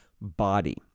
body